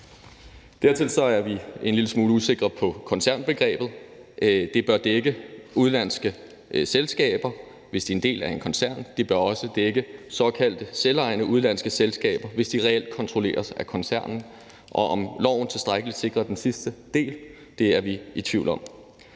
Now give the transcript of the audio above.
Dertil er vi en lille smule usikre på koncernbegrebet. Det bør dække udenlandske selskaber, hvis de er en del af en koncern. Det bør også dække såkaldte selvejende udenlandske selskaber, hvis de reelt kontrolleres af koncernen, og om loven tilstrækkeligt sikrer den sidste del, er vi i tvivl om.